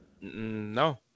No